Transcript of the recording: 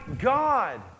God